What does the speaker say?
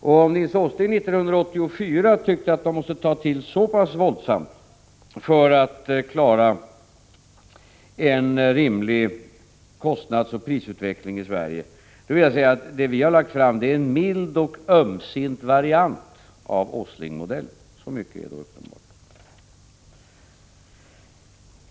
Om Nils Åsling 1984 tyckte att man var tvungen att ta till så pass våldsamt för att klara en rimlig kostnadsoch prisutveckling i Sverige, vill jag säga att det förslag som vi har lagt fram är en mild och ömsint variant av Åsling-modellen. Så mycket är då uppenbart.